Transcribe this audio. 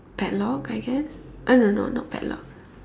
padlock I guess uh no no not padlock